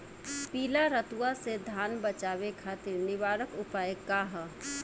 पीला रतुआ से धान बचावे खातिर निवारक उपाय का ह?